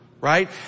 Right